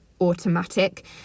automatic